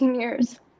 years